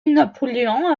napoléon